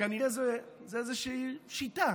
כנראה זו איזושהי שיטה,